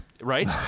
Right